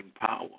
power